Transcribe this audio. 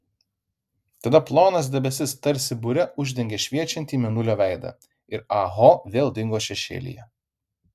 tada plonas debesis tarsi bure uždengė šviečiantį mėnulio veidą ir ah ho vėl dingo šešėlyje